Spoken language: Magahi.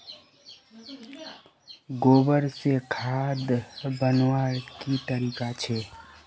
गोबर से खाद बनवार की तरीका छे?